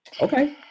Okay